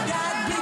קצת דרך ארץ.